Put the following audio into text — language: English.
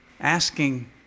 asking